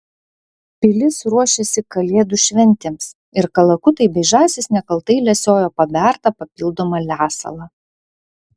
pilis ruošėsi kalėdų šventėms ir kalakutai bei žąsys nekaltai lesiojo pabertą papildomą lesalą